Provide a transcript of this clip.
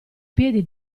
piedi